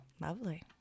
Lovely